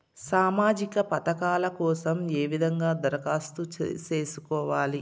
సామాజిక పథకాల కోసం ఏ విధంగా దరఖాస్తు సేసుకోవాలి